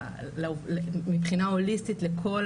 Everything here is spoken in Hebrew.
מבחינה הוליסטית, לכל